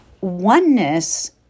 oneness